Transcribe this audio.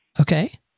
Okay